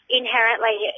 inherently